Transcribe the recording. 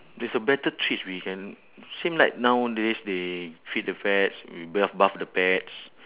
there's a better treats we can same like nowadays they feed the pets we bath bath the pets